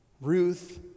Ruth